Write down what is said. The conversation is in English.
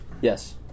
Yes